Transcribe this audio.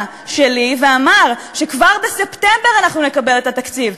שלי ואמר שכבר בספטמבר אנחנו נקבל את התקציב.